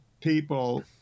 people